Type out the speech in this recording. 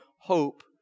hope